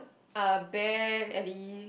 uh bear any